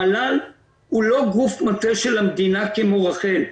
המל"ל הוא לא גוף מטה של המדינה כמו רח"ל.